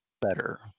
better